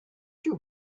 too